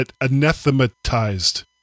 anathematized